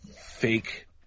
fake